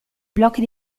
blocchi